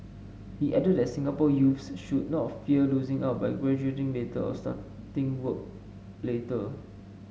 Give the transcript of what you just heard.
he added that Singapore youths should not fear losing out by graduating later or starting work later